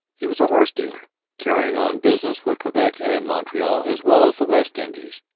he was a horse-dealer carrying on business with quebec and montreal as well as the west indies.